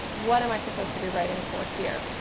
what am i supposed to be writing for here?